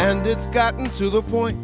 and it's gotten to the point